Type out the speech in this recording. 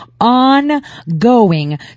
ongoing